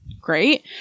Great